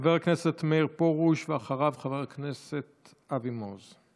חבר הכנסת מאיר פרוש, ואחריו, חבר הכנסת אבי מעוז.